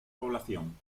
población